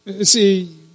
See